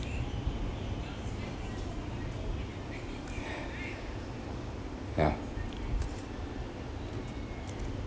ya